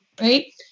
right